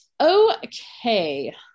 Okay